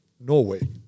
Norway